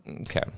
Okay